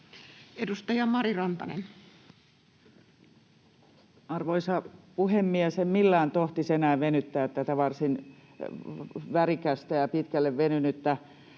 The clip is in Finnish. Edustaja Mari Rantanen. Arvoisa puhemies! En millään tohtisi enää venyttää tätä varsin värikästä ja pitkälle venynyttä